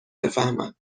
بفهمن